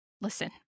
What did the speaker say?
Listen